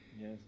yes